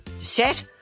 Set